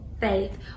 faith